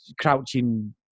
crouching